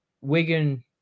Wigan